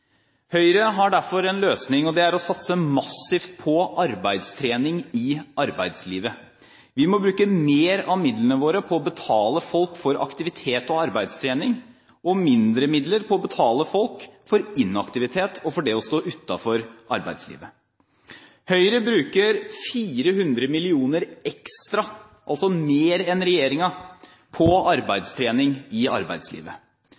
Høyre har derfor en løsning, og det er å satse massivt på arbeidstrening i arbeidslivet. Vi må bruke mer av midlene våre på å betale folk for aktivitet og arbeidstrening og mindre midler på å betale folk for inaktivitet og for det å stå utenfor arbeidslivet. Høyre bruker 400 mill. kr ekstra – altså mer enn regjeringen – på arbeidstrening i arbeidslivet.